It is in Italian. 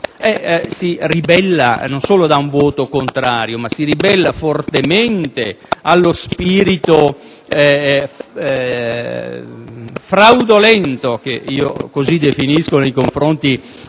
Nord, non solo dà un voto contrario, ma si ribella fortemente allo spirito fraudolento - così lo definisco - nei confronti